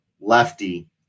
lefty